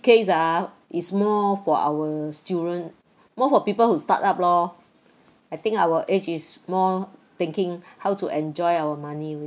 case ah it's more for our children more for people who start up lor I think our age is more thinking how to enjoy our money